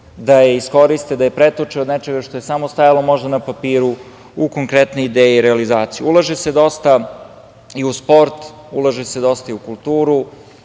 da je iskoriste, da je pretoče od nečega što je samo stajalo možda na papiru, u konkretne ideje i realizaciju. Ulaže se dosta i u sport, ulaže se dosta i u kulturu,